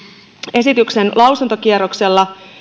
esityksen lausuntokierroksella